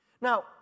Now